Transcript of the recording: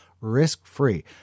risk-free